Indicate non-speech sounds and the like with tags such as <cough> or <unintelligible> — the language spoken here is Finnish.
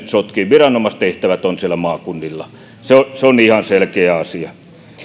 <unintelligible> sotkemaan viranomaistehtävät ovat siellä maakunnilla se se on ihan selkeä asia